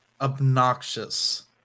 obnoxious